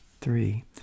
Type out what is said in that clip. Three